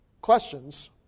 questions